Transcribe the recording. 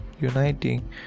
uniting